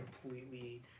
completely